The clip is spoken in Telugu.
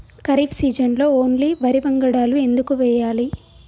ఖరీఫ్ సీజన్లో ఓన్లీ వరి వంగడాలు ఎందుకు వేయాలి?